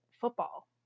football